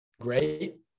Great